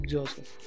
Joseph